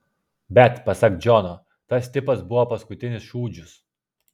bet pasak džono tas tipas buvo paskutinis šūdžius